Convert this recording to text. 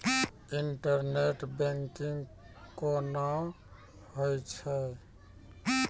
Internet banking कोना होय छै?